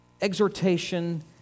exhortation